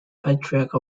patriarch